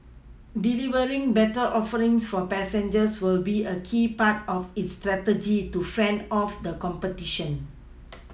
delivering better offerings for passengers will be a key part of its strategy to fend off the competition